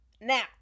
now